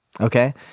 Okay